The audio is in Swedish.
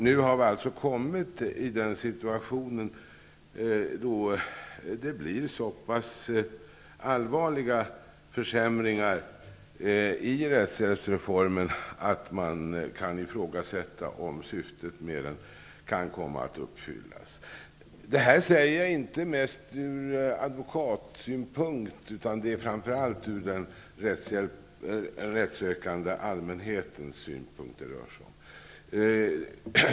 Vi har nu kommit i den situationen att det blir så pass allvarliga försämringar i rättshjälpsreformen att man kan ifrågasätta om syftet med den kan komma att uppfyllas. Detta säger jag inte mest ur advokatsynpunkt, utan det rör sig framför allt om den rättsökande allmänhetens intressen.